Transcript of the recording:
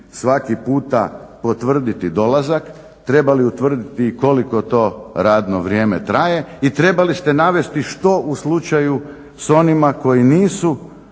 svaki puta potvrditi dolazak trebali utvrditi i koliko to radno vrijeme traje i trebali ste navesti što u slučaju sa onima koji nisu